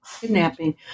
kidnapping